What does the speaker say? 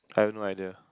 I have no idea